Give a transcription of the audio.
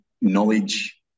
knowledge